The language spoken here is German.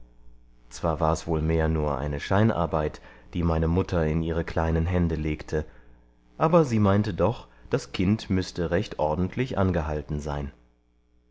zwar war's wohl mehr nur eine scheinarbeit die meine mutter in ihre kleinen hände legte aber sie meinte doch das kind müßte recht ordentlich angehalten sein